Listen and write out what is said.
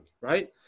right